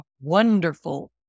wonderful